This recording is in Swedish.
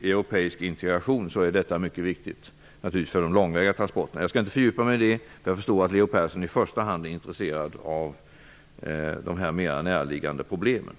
europeisk integration är detta mycket viktigt för de långväga transporterna. Men jag skall inte fördjupa mig i det. Jag förstår att Leo Persson i första hand är intresserad av de mer närliggande problemen.